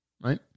right